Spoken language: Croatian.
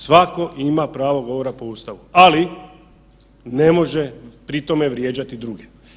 Svako ima pravo govora po Ustavu, ali ne može pri tome vrijeđati druge.